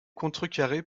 contrecarrer